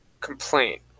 Complaint